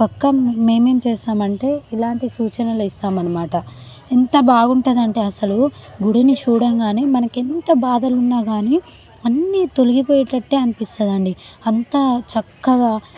పక్కా మేమేం చేస్తామంటే ఇలాంటి సూచనలే ఇస్తామన్నమాట ఎంత బాగుంటుందంటే అసలు గుడిని చూడగానే మనకి ఎంత బాధలున్నా కానీ అన్నీ తొలగిపోయేటట్టే అనిపిస్తుందండీ అంత చక్కగా